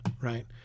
Right